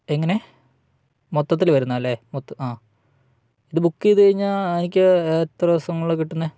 എങ്ങനെ മൊത്തത്തില് വരുന്നതല്ലേ ആ ഇത് ബുക്ക് ചെയ്തുകഴിഞ്ഞാല് എനിക്ക് എത്ര ദിവസങ്ങളിലാണ് കിട്ടുന്നത്